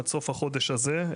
עד סוף החודש הזה,